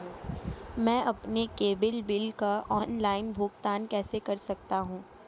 मैं अपने cable bill का ऑनलाइन भुगतान कैसे कर सकता हूं?